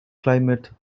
climate